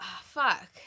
Fuck